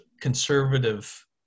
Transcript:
conservative